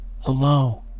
hello